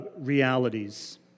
realities